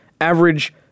average